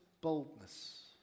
boldness